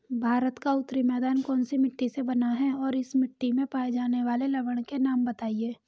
भारत का उत्तरी मैदान कौनसी मिट्टी से बना है और इस मिट्टी में पाए जाने वाले लवण के नाम बताइए?